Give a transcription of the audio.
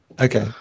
Okay